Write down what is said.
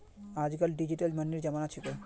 आजकल डिजिटल मनीर जमाना छिको